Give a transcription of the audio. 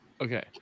Okay